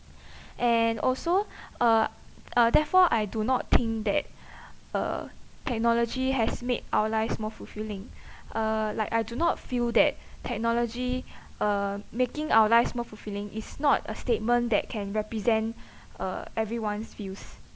and also uh uh therefore I do not think that uh technology has made our lives more fulfilling uh like I do not feel that technology uh making our lives more fulfilling is not a statement that can represent uh everyone's views